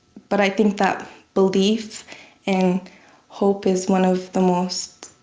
but i think that belief and hope is one of the most